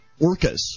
orcas